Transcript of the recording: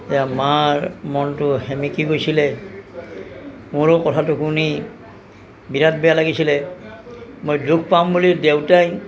তেতিয়া মাৰ মনটো সেমেকি গৈছিলে মোৰো কথাটো শুনি বিৰাট বেয়া লাগিছিলে মই দুখ পাম বুলি দেউতাই